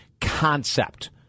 concept